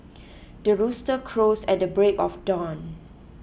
the rooster crows at the break of dawn